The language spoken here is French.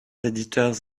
éditeurs